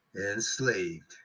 enslaved